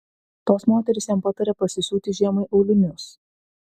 tos moterys jam patarė pasisiūti žiemai aulinius